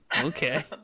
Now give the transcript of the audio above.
Okay